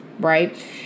right